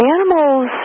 Animals